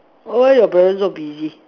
orh why your parents so busy